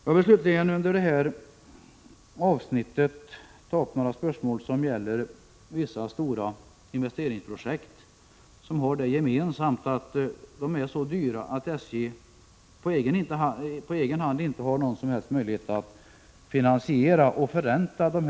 Jag vill under detta avsnitt även ta upp några spörsmål som gäller vissa stora investeringsprojekt som har det gemensamt att de är så dyra att SJ på egen hand inte har någon som helst möjlighet att finansiera och förränta dem.